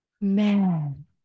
Man